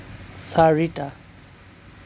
চাৰিটা